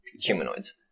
humanoids